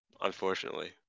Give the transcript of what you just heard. Unfortunately